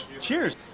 cheers